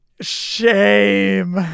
Shame